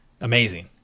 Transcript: amazing